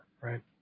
right